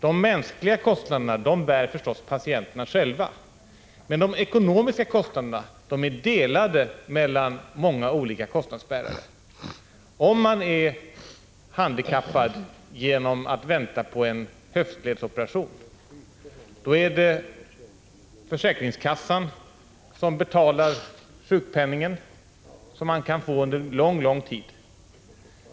De mänskliga kostnaderna bär förstås patienterna själva, men de ekonomiska kostnaderna är delade mellan många olika kostnadsbärare. Om man är handikappad genom att vänta på en höftledsoperation är det försäkringskassan som betalar sjukpenningen, som man kan få under lång, lång tid.